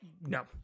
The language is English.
No